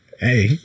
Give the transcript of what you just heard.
Hey